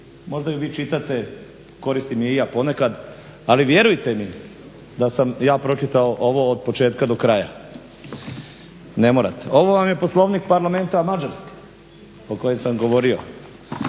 Možda ju vi čitate, koristim je i ja ponekad, ali vjerujte mi da sam ja pročitao ovo od početka do kraja. Ne morate. Ovo vam je Poslovnik parlamenta Mađarske o kojoj sam govorio.